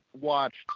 watched